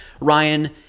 Ryan